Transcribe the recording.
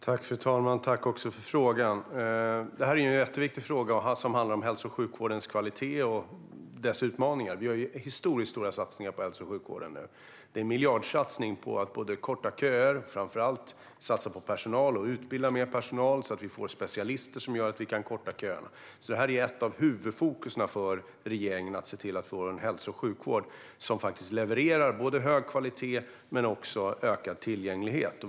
Fru talman! Jag tackar för frågan. Det här är en jätteviktig fråga som handlar om hälso och sjukvårdens kvalitet och dess utmaningar. Vi gör nu historiskt stora satsningar på hälso och sjukvården. Vi gör en miljardsatsning på att korta köer. Framför allt satsar vi på personal och att utbilda mer personal, så att vi får specialister som gör att vi kan korta köerna. Ett av regeringens huvudfokus är att se till att vi får en hälso och sjukvård som levererar hög kvalitet men också ökad tillgänglighet.